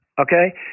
okay